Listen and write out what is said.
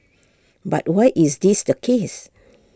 but why is this the case